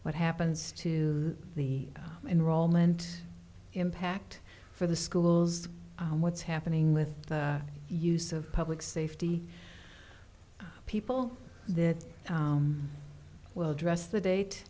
what happens to the enrollment impact for the schools what's happening with the use of public safety people that well address the date